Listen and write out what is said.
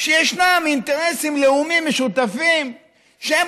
שישנם אינטרסים לאומיים משותפים שהם